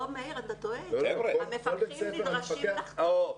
לא, מאיר, אתה טועה, המפקחים נדרשים לחתום.